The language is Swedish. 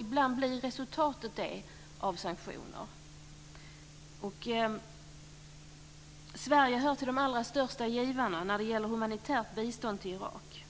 Ibland blir resultatet sådant av sanktioner. Sverige hör till de allra största givarna när det gäller humanitärt bistånd till Irak.